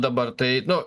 dabar tai nu